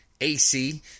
AC